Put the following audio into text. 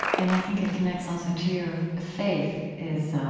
and i think it connects, also, to your faith is